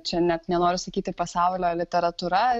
čia net nenoriu sakyti pasaulio literatūra